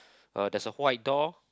uh there's a white door